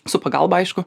su pagalba aišku